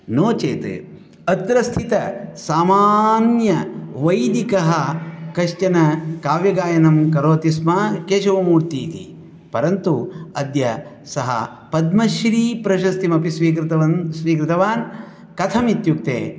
नोचेत् अत्रस्थितसामान्यवैदिकः कश्चन काव्यगायनं करोति स्म केशवमूर्ति इति परन्तु अद्य सः पद्मश्रीप्रशस्तिमपि स्वीकृतवान् स्वीकृतवान् कथम् इत्युक्ते